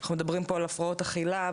אנחנו מדברים פה על הפרעות אכילה,